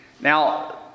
Now